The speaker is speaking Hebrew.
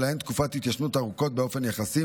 שלהן תקופות התיישנות ארוכות באופן יחסי,